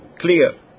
clear